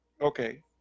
okay